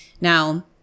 Now